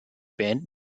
band